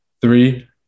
Three